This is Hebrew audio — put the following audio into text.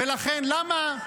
למה?